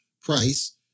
price